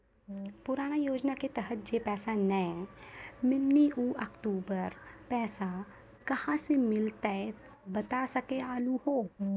पुराना योजना के तहत जे पैसा नै मिलनी ऊ अक्टूबर पैसा कहां से मिलते बता सके आलू हो?